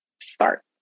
Start